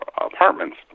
apartments